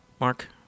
Mark